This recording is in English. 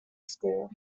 school